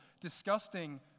disgusting